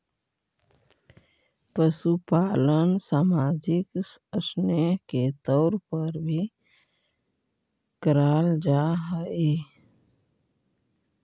पशुपालन सामाजिक स्नेह के तौर पर भी कराल जा हई